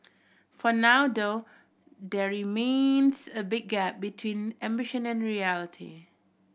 for now though there remains a big gap between ambition and reality